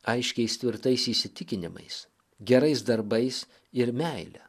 aiškiais tvirtais įsitikinimais gerais darbais ir meile